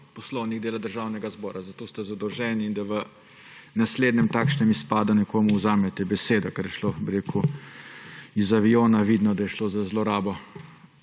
poslovnik dela Državnega zbora, za to ste zadolženi, in da v naslednjem takšnem izpadu nekomu vzamete besedo, ker je šlo, bi rekel, iz aviona vidno, da je šlo za zlorabo